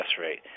rate